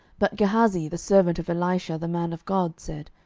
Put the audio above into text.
but gehazi, the servant of elisha the man of god, said,